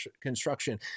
construction